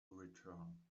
return